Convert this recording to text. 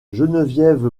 geneviève